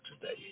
today